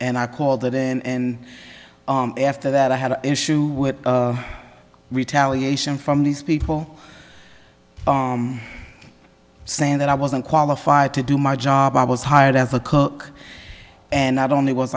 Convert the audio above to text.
and i called it in after that i had an issue with retaliation from these people saying that i wasn't qualified to do my job i was hired as a cook and not only wa